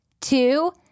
two